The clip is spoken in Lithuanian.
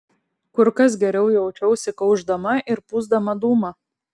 kur kas geriau jaučiausi kaušdama ir pūsdama dūmą